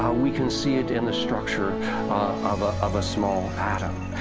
we can see it in the structure of a of a small atom.